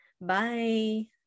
Bye